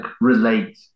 relate